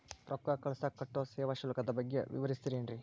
ರೊಕ್ಕ ಕಳಸಾಕ್ ಕಟ್ಟೋ ಸೇವಾ ಶುಲ್ಕದ ಬಗ್ಗೆ ವಿವರಿಸ್ತಿರೇನ್ರಿ?